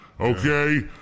okay